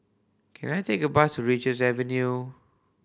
can I take a bus to Richards Avenue